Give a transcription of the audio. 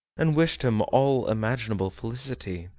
and wished him all imaginable felicity.